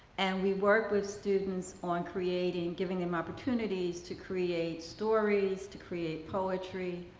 and we work with students on creating giving them opportunities to create stories, to create poetry,